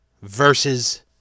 versus